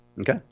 Okay